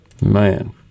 Man